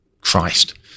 christ